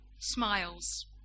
smiles